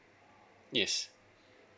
yes